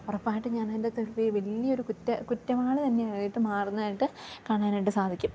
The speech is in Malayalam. ഉറപ്പായിട്ടും ഞാനതിൻ്റകത്ത് വലിയൊരു കുറ്റവാളി തന്നെയായിട്ട് മാറുന്നതായിട്ട് കാണാനായിട്ട് സാധിക്കും